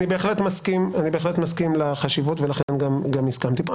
אני בהחלט מסכים לחשיבות, ולכן גם הסכמתי פה.